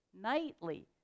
nightly